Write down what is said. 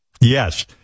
Yes